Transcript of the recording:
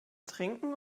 trinken